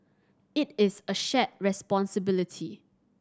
it is a shared responsibility